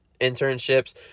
internships